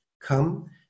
come